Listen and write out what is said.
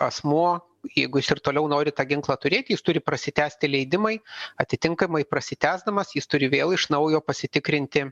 asmuo jeigu jis ir toliau nori tą ginklą turėti jis turi prasitęsti leidimai atitinkamai prasitęsdamas jis turi vėl iš naujo pasitikrinti